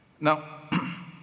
Now